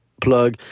plug